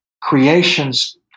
creation's